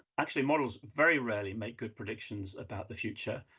actually, models very rarely make good predictions about the future.